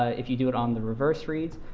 if you do it on the reverse reads,